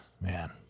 Man